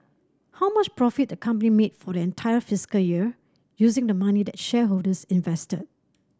how much profit the company made for the entire fiscal year using the money that shareholders invested